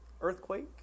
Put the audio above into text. earthquake